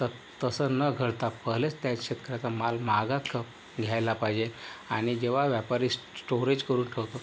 तर तसं न करता पहिलेच त्या शेतकऱ्याचा माल महागात घ्यायला पाहिजे आणि जेव्हा व्यापारी स्टोरेज करून ठेवतो